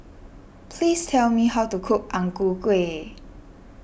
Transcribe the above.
please tell me how to cook Ang Ku Kueh